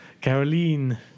Caroline